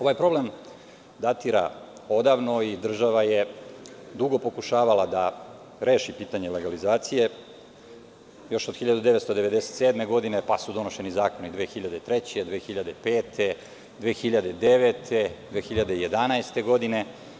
Ovaj problem datira odavno i država je dugo pokušavala da reši pitanje legalizacije još od 1997. godine, pa su donošeni zakoni 2003, 2005, 2009. i 2011. godine.